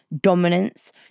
dominance